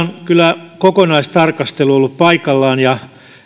kyllä kokonaistarkastelu ollut paikallaan ja